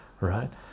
right